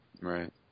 Right